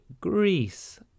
Greece